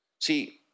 See